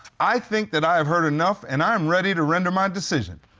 i think that i've heard enough and i am ready to render my decision.